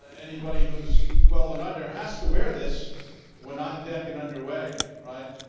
anybody who's twelve and under has to wear this when on deck and underway, right.